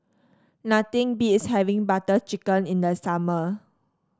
nothing beats having Butter Chicken in the summer